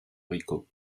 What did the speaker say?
rico